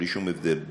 בלי שום הבדל,